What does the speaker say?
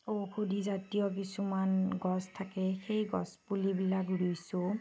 ঔষধি জাতীয় কিছুমান গছ থাকে সেই গছপুলিবিলাক ৰুইছোঁ